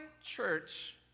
church